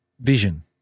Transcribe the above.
vision